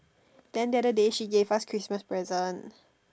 then the other day she gave us Christmas present